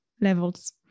levels